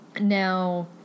now